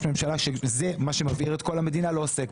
ממשלה שלא עוסק בנושא שמבעיר את כל המדינה.